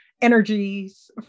energies